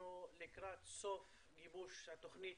שאנחנו לקראת סוף גיבוש התוכנית